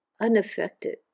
unaffected